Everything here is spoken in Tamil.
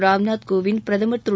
ராம்நாத் கோவிந்த் பிரதமர் திரு